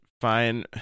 Fine